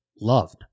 loved